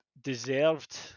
deserved